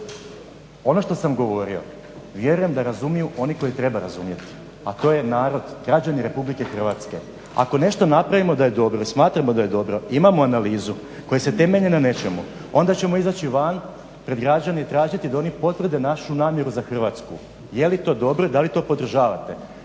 Ono što sam govorio, vjerujem da razumiju oni koji trebaju razumjet, a to je narod, građani RH. Ako nešto napravimo da je dobro, smatramo da je dobro, imamo analizu koja se temelji na nečemu, onda ćemo izaći van pred građane i tražiti da oni potvrde našu namjeru za Hrvatsku, je li to dobro, da li to podržavate.